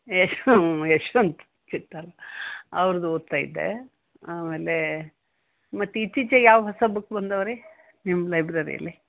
ಯಶು ಯಶ್ವಂತ ಚಿತ್ತಾಲ ಅವ್ರ್ದು ಓದ್ತಾ ಇದ್ದೆ ಆಮೇಲೆ ಮತ್ತು ಇತ್ತೀಚಿಗೆ ಯಾವ ಹೊಸ ಬುಕ್ ಬಂದವೆ ರೀ ನಿಮ್ಮ ಲೈಬ್ರರಿಯಲ್ಲಿ